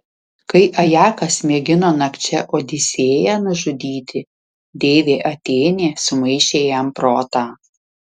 kai ajakas mėgino nakčia odisėją nužudyti deivė atėnė sumaišė jam protą